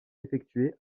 effectué